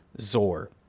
Zor